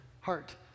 heart